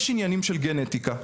יש עניינים של גנטיקה,